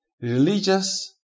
religious